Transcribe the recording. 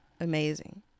amazing